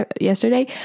yesterday